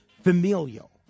familial